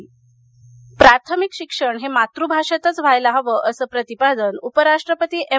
प्राथमिक शिक्षण प्राथमिक शिक्षण हे मातृभाषेतच व्हायला हवे असं प्रतिपादन उपराष्ट्रपती एम